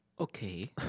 Okay